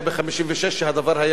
שהדבר היה בלתי חוקי בעליל?